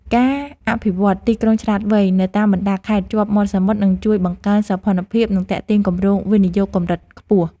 ការអភិវឌ្ឍន៍ទីក្រុងឆ្លាតវៃនៅតាមបណ្តាខេត្តជាប់មាត់សមុទ្រនឹងជួយបង្កើនសោភ័ណភាព និងទាក់ទាញគម្រោងវិនិយោគកម្រិតខ្ពស់។